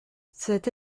cette